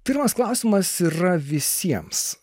pirmas klausimas yra visiems